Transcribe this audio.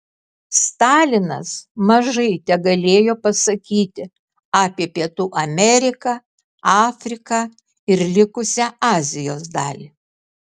stalinas mažai tegalėjo pasakyti apie pietų ameriką afriką ir likusią azijos dalį